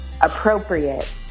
appropriate